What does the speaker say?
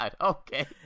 Okay